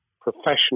professional